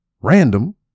random